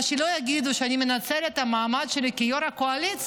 אז כדי שלא יגידו שאני מנצל את המעמד שלי כיו"ר הקואליציה,